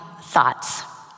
thoughts